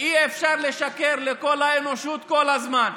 אי-אפשר לשקר לכל האנושות כל הזמן.